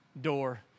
door